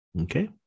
Okay